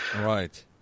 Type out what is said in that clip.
right